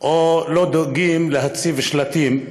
או שלא דואגים להציב שלטים.